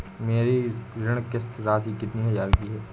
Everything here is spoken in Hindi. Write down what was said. मेरी ऋण किश्त राशि कितनी हजार की है?